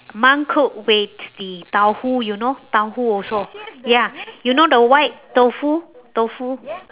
mum cook with the tahu you know tahu also ya you know the white tofu tofu